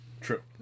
True